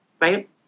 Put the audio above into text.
right